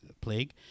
plague